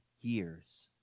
years